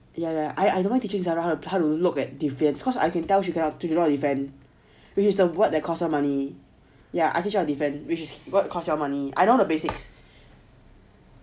yeah I I don't mind teaching zara to look at defence because I can tell she cannot defend which is the what that costed her money yeah I teach her how to defend which broadcast your money I know the basics